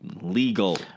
legal